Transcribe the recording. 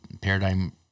paradigm